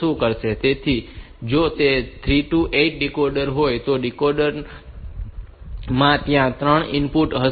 તેથી જો તે 3 થી 8 ડીકોડર હોય તો આ ડીકોડર માં ત્યાં 3 ઇનપુટ હશે